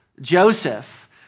Joseph